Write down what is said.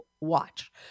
watch